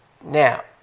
Now